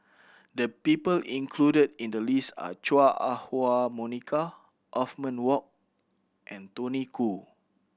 the people included in the list are Chua Ah Huwa Monica Othman Wok and Tony Khoo